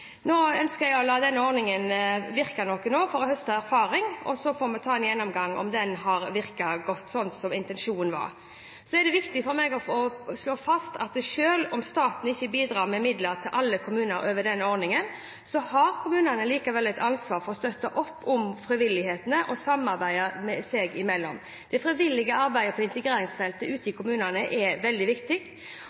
Nå ønsker jeg å la denne ordningen virke noen år for å høste erfaring, og så får vi ta en gjennomgang for å se om den har virket godt, sånn som intensjonen var. Det er viktig for meg å slå fast at selv om staten ikke bidrar med midler til alle kommuner over denne ordningen, har kommunene likevel et ansvar for å støtte opp om frivilligheten og samarbeide seg imellom. Det frivillige arbeidet på integreringsfeltet ute i kommunene er veldig viktig,